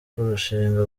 kurushinga